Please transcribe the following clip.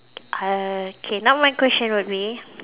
uh K now my question would be